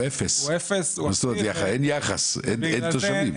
הוא אפס, מה זאת אומרת אין יחס, אין תושבים.